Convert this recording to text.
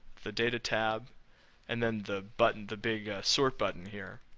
the data tab and then the button, the big sort button here,